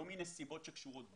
לא מנסיבות שקשורות בו.